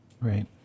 Right